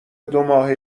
دوماه